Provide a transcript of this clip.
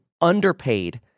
underpaid